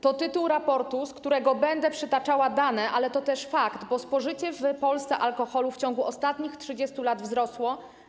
To tytuł raportu, z którego będę przytaczała dane, ale to też fakt, bo spożycie w Polsce alkoholu w ciągu ostatnich 30 lat wzrosło.